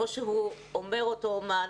כמו שאמר אותו אמן.